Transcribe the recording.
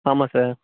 ஆமாம் சார்